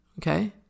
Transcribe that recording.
Okay